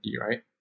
right